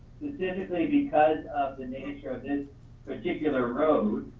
specifically because of the nature of this particular road,